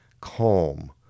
calm